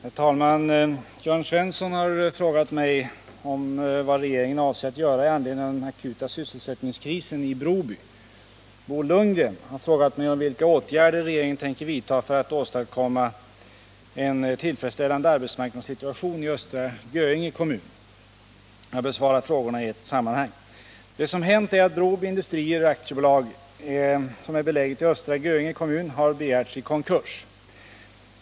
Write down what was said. Herr talman! Jörn Svensson har frågat mig vad regeringen avser att göra i anledning av den akuta sysselsättningskrisen i Broby. Jag besvarar frågorna i ett sammanhang. Det som hänt är att Broby Industrier AB, som är beläget i Östra Göinge kommun, har begärts i konkurs.